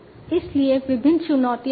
इसलिए विभिन्न चुनौतियां भी हैं